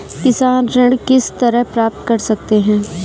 किसान ऋण किस तरह प्राप्त कर सकते हैं?